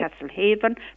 Castlehaven